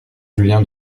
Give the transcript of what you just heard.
julien